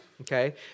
Okay